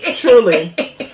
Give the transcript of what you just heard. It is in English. Truly